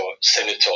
Senator